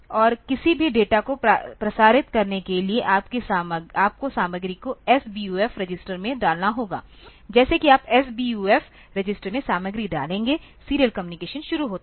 और किसी भी डेटा को प्रसारित करने के लिए आपको सामग्री को SBUF रजिस्टर में डालना होगा जैसे ही आप SBUF रजिस्टर में सामग्री डालेंगे सीरियल कम्युनिकेशन शुरू होता है